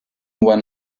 when